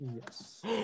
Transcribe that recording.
Yes